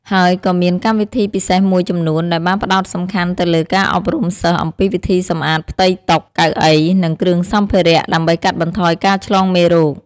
ហើយក៏មានកម្មវិធីពិសេសមួយចំនួន ដែលបានផ្តោតសំខាន់ទៅលើការអប់រំសិស្សអំពីវិធីសម្អាតផ្ទៃតុ កៅអី និងគ្រឿងសម្ភារៈ ដើម្បីកាត់បន្ថយការឆ្លងមេរោគ។